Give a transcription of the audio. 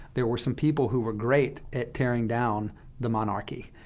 there were some people who were great at tearing down the monarchy,